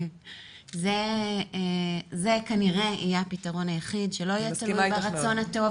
זה כנראה יהיה הפתרון היחיד שלא מספיק הרצון הטוב